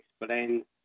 explain